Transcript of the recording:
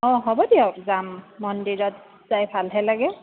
অ হ'ব দিয়ক যাম মন্দিৰত যাই ভালহে লাগে